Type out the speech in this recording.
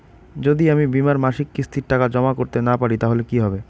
যদি আমি বীমার মাসিক কিস্তির টাকা জমা করতে না পারি তাহলে কি হবে?